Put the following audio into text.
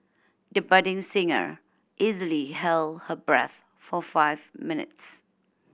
the budding singer easily held her breath for five minutes